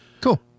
Cool